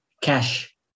cash